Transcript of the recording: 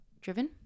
driven